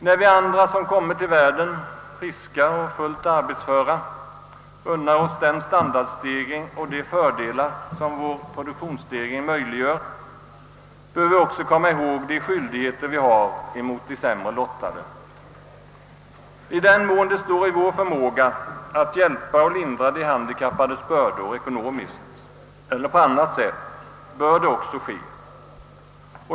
När vi andra som kommit till världen friska och fullt arbetsföra unnar oss den standardstegring och de fördelar som vår produktionsstegring möjliggör, bör vi också komma ihåg de skyldigheter som vi har mot de sämre lottade. I den mån det står i vår förmåga att hjälpa och lindra de handikappades bördor ekonomiskt eller på annat sätt bör det också ske.